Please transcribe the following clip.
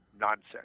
nonsense